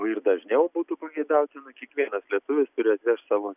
ir dažniau būtų pageidautina kiekvienas lietuvis turi savo